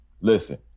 Listen